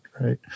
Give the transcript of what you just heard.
right